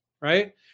right